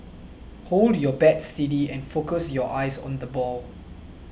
hold your bat steady and focus your eyes on the ball